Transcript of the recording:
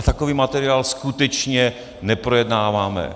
Takový materiál skutečně neprojednáváme.